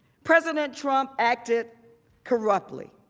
president trump acted corruptly.